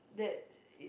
that